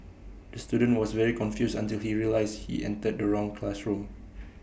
the student was very confused until he realised he entered the wrong classroom